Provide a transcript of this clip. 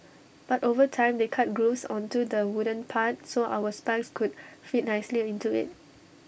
but over time they cut grooves onto the wooden part so our spikes could fit nicely into IT